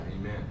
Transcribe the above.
Amen